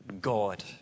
God